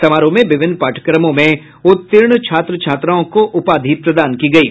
समारोह में विभिन्न पाठ्यक्रमों में उत्तीर्ण छात्र छात्राओं को उपाधि प्रदान की गयी